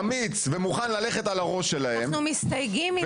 אמיץ ומוכן ללכת על הראש שלהם --- אנחנו מסתייגים מזה,